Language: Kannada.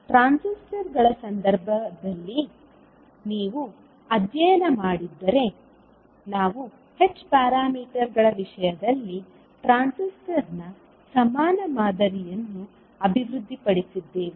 ಟ್ರಾನ್ಸಿಸ್ಟರ್ಗಳ ಸಂದರ್ಭದಲ್ಲಿ ನೀವು ಅಧ್ಯಯನ ಮಾಡಿದ್ದರೆ ನಾವು h ಪ್ಯಾರಾಮೀಟರ್ಗಳ ವಿಷಯದಲ್ಲಿ ಟ್ರಾನ್ಸಿಸ್ಟರ್ನ ಸಮಾನ ಮಾದರಿಯನ್ನು ಅಭಿವೃದ್ಧಿಪಡಿಸಿದ್ದೇವೆ